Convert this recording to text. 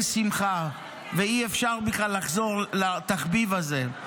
שמחה ואי-אפשר בכלל לחזור לתחביב הזה.